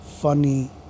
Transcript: funny